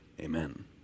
Amen